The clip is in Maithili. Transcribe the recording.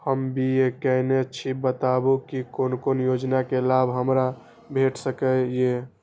हम बी.ए केनै छी बताबु की कोन कोन योजना के लाभ हमरा भेट सकै ये?